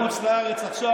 הוא נסע לחוץ לארץ עכשיו,